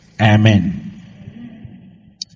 Amen